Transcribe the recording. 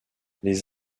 les